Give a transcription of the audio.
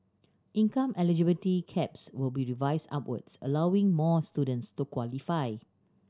income eligibility caps will be revised upwards allowing more students to qualify